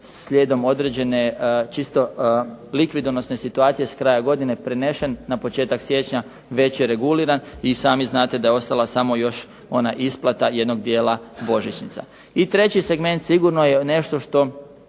slijedom određene čisto likvidonosne situacije s kraja godine prenesen na početak siječnja već je reguliran i sami znate da je ostala samo još ona isplata jednog dijela božićnica. I treći segment sigurno je nešto što